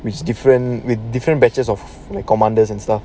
it's different with different batches of commanders and stuff